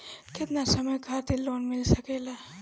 केतना समय खातिर लोन मिल सकेला?